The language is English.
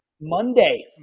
Monday